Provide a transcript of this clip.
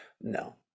No